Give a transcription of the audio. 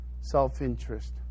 self-interest